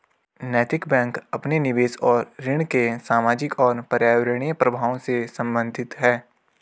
नैतिक बैंक अपने निवेश और ऋण के सामाजिक और पर्यावरणीय प्रभावों से संबंधित है